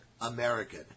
American